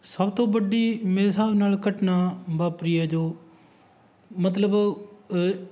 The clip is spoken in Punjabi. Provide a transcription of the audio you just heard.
ਸਭ ਤੋਂ ਵੱਡੀ ਮੇਰੇ ਹਿਸਾਬ ਨਾਲ ਘਟਨਾ ਵਾਪਰੀ ਹੈ ਜੋ ਮਤਲਬ